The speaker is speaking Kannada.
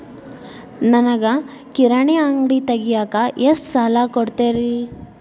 ನನಗ ಕಿರಾಣಿ ಅಂಗಡಿ ತಗಿಯಾಕ್ ಎಷ್ಟ ಸಾಲ ಕೊಡ್ತೇರಿ?